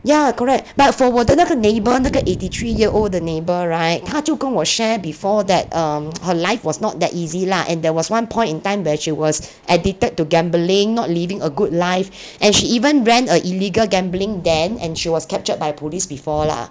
ya correct but for 我的那个 neighbour 那个 eighty three year old the neighbour [right] 她就跟我 share before that um her life was not that easy lah and there was one point in time where she was addicted to gambling not living a good life and she even ran a illegal gambling den and she was captured by police before lah